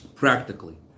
practically